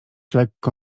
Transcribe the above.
lekko